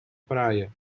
praia